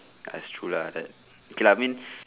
that's true lah like okay lah means